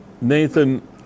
nathan